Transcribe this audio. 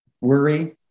worry